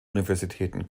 universitäten